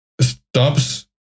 stops